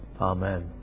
Amen